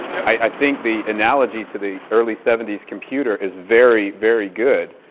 i think the analogy to the early seventy s computer is very very good.